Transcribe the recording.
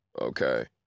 Okay